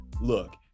look